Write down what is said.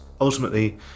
ultimately